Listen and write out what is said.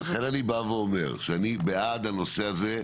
לכן אני בא ואומר שאני בעד הנושא הזה,